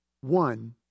one